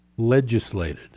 legislated